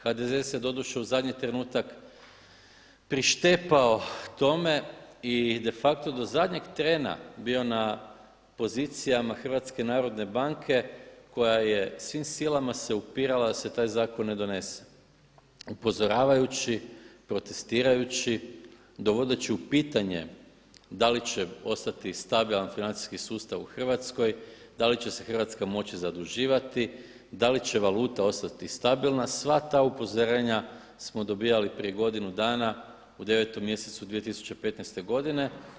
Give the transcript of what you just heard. HDZ se doduše u zadnji trenutak prištepao tome i de facto do zadnjeg trena bio na pozicijama HNB-a koja je svim silama se upirala da se taj zakon ne donese, upozoravajući, protestirajući, dovodeći u pitanje da li će ostati stabilan financijski sustav u Hrvatskoj, da li će se hrvatska moći zaduživati, da li će valuta ostati stabilna, sva ta upozorenja smo dobivali prije godinu dana u 9 mjesecu 2015. godine.